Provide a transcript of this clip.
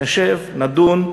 נשב, נדון.